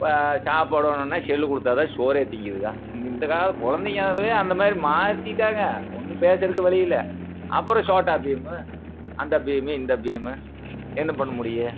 இப்போ சாப்பிடணுனா செல்லு கொடுத்தாதான் சோறே திங்கிதுங்க இந்த கால குழந்தைங்களயே அந்த மாதிரி மாற்றிட்டாங்க ஒன்றும் பேசறக்கு வழி இல்லை அப்புறோம் சோட்டா பீமு அந்த பீமு இந்த பீமு என்ன பண்ண முடியும்